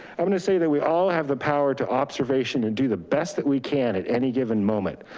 i'm going to say that we all have the power to observation and do the best that we can at any given moment.